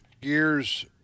gears